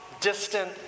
distant